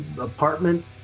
apartment